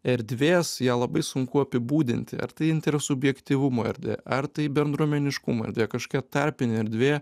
erdvės ją labai sunku apibūdinti ar tai intersubjektyvumo erdvė ar tai bendruomeniškumo erdvė kašokia tarpinė erdvė